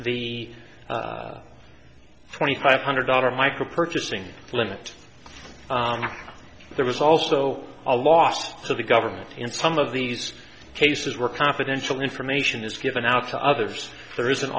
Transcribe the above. the twenty five hundred dollar micro purchasing limit there was also a loss to the government in some of these cases where confidential information is given out to others there isn't